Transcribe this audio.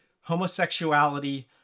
homosexuality